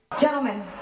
Gentlemen